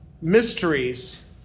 mysteries